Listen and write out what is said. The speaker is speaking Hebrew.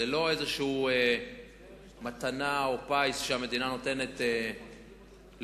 זאת לא מתנה או פיס שהמדינה נותנת לאנשים,